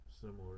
similar